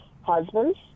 Husbands